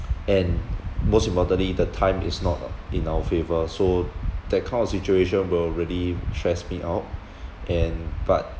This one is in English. and most importantly the time is not uh in our favor so that kind of situation will really stress me out and but